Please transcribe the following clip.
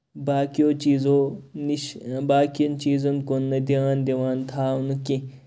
باقٕیو چیٖزو نِش باقٕین چیٖزَن کُن نہٕ دیان دِوان تھاونہٕ کیٚنٛہہ